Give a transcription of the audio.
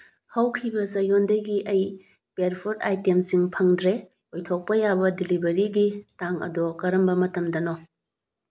ꯍꯧꯈꯤꯕ ꯆꯌꯣꯜꯗꯁꯨ ꯑꯩ ꯄꯦꯠ ꯐꯨꯗ ꯑꯥꯏꯇꯦꯝꯁꯤꯡ ꯐꯪꯗ꯭ꯔꯦ ꯑꯣꯏꯊꯣꯛꯄ ꯌꯥꯕ ꯗꯤꯂꯤꯚꯔꯤꯒꯤ ꯇꯥꯡ ꯑꯗꯣ ꯀꯔꯝꯕ ꯃꯇꯝꯗꯅꯣ